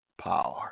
power